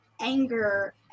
anger